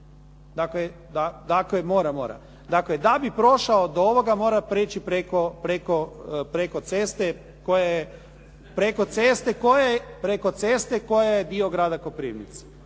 Dakle, da bi prošao do ovoga mora preći preko ceste koja je dio grada Koprivnice.